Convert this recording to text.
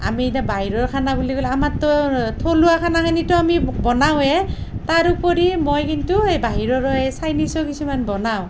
আমি ইতা বাহিৰৰ খানা বুলি ক'লি আমাৰতো থলুৱা খানাখিনিটো আমি বনাওঁয়ে তাৰ উপৰি মই কিন্তু এই বাহিৰৰো এই চাইনীছো কিছুমান বনাওঁ